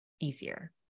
easier